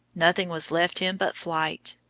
nothing was left him but flight.